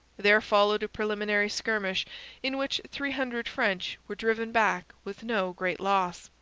there followed a preliminary skirmish in which three hundred french were driven back with no great loss,